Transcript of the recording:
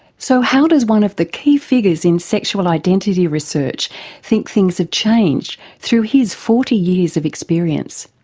so how does one of the key figures in sexual identity research think things have changed through his forty years of experience?